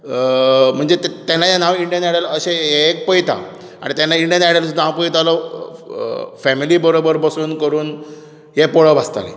म्हणजे तेन्नाच्यान हांव इंडियन आयडल अशें हें पळयता आनी तेन्ना इंडियन आयडल हांव पळयतालो फेमिली बरोबर बसून करून हें पळोवप आसतालें